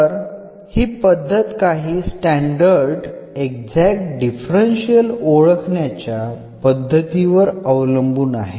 तर ही पद्धत काही स्टॅंडर्ड एक्झॅक्ट डिफरन्शियल ओळखण्याच्या पद्धती वर अवलंबून आहे